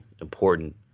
important